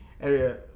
area